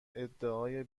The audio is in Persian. ادعای